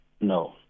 no